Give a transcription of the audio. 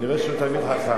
אני רואה שהוא תלמיד חכם.